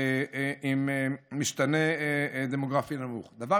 במקום נמוך במשתנה הדמוגרפי.